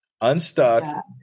unstuck